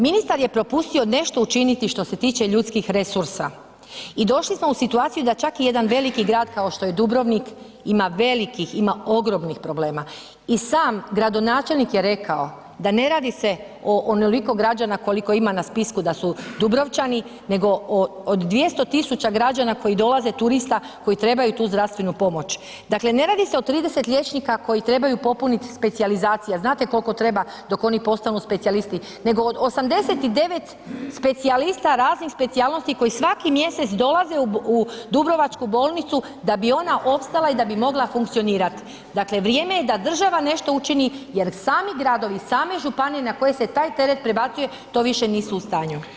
Ministar je propustio nešto učiniti što se tiče ljudskih resursa i došli smo u situaciju da čak i jedan veliki grad kao što je Dubrovnik ima velikih, ima ogromnih problema i sam gradonačelnik je rekao da ne radi se o onoliko građana koliko ima na spisku da su Dubrovčani, nego od 200 000 građana koji dolaze turista koji trebaju tu zdravstvenu pomoć, dakle ne radi se o 30 liječnika koji trebaju popunit specijalizacije, znate kolko treba dok oni postanu specijalisti, nego od 89 specijalista raznih specijalnosti koji svaki mjesec dolaze u dubrovačku bolnicu da bi ona opstala i da bi mogla funkcionirat, dakle vrijeme je da država nešto učini jer sami gradovi, same županije na koje se taj teret prebacuje, to više nisu u stanju.